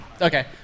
Okay